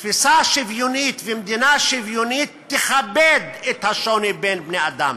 תפיסה שוויונית ומדינה שוויונית יכבדו את השוני בין בני-אדם,